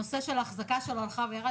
הנושא של האחזקה שלו הלך וירד.